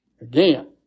again